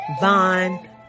Von